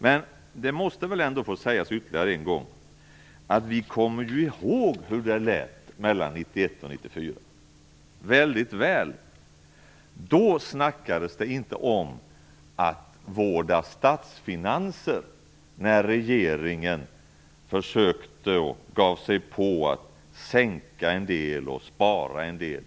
Men det måste väl ändå få sägas ytterligare en gång att vi mycket väl kommer ihåg hur det lät åren 1991-1994. Då snackades det inte om vården av statsfinanserna när regeringen försökte, och gav sig på, att sänka en del och spara en del.